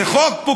זה חוק גרוע.